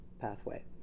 pathway